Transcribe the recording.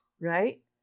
right